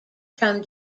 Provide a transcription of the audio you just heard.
from